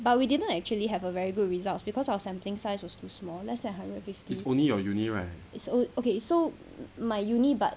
but we did not actually have a very good results because our sampling size was too small less than one hundred and fifty it's on~ okay so my uni but